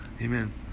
Amen